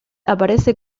aparece